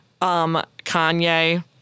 Kanye